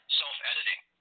self-editing